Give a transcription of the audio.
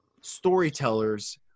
storytellers